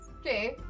Okay